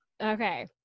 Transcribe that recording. Okay